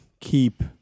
keep